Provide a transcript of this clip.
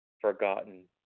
forgotten